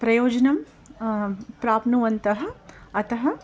प्रयोजनं प्राप्नुवन्तः अतः